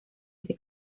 ese